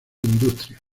industrias